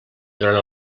durant